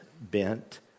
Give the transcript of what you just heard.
bent